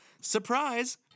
Surprise